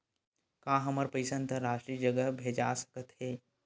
का हमर पईसा अंतरराष्ट्रीय जगह भेजा सकत हे?